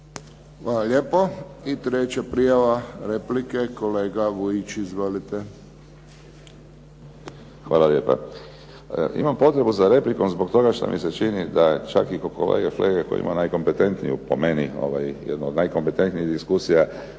Hvala lijepo. I treća prijava replike kolega Vujić. Izvolite. **Vujić, Antun (SDP)** Hvala lijepa. Imam potrebu za replikom zbog toga što mi se čini da čak i kod kolege Flege koji ima najkompetentniju po meni jednu od najkompetentnijih diskusija.